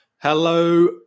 Hello